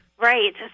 Right